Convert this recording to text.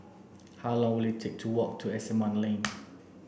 how long will it take to walk to Asimont Lane